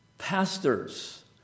pastors